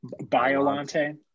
Biolante